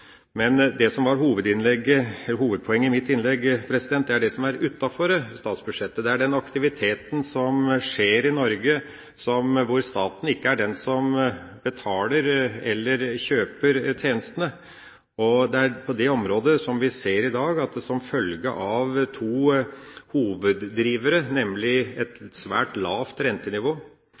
Men det som var hovedpoenget i mitt innlegg, er det som er utenfor statsbudsjettet, den aktiviteten som skjer i Norge, der staten ikke er den som betaler eller kjøper tjenestene. På det området ser vi i dag at som følge av to hoveddrivere, nemlig et svært lavt rentenivå